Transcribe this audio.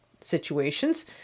situations